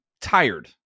tired